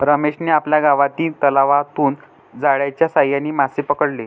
रमेशने आपल्या गावातील तलावातून जाळ्याच्या साहाय्याने मासे पकडले